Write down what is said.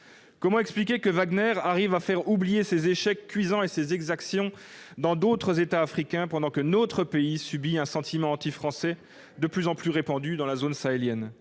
Comment expliquer que Wagner arrive à faire oublier ses échecs cuisants et ses exactions dans d'autres États africains, pendant que se répand un sentiment anti-français de plus en plus fort dans la zone sahélienne ?